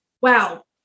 Wow